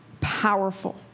powerful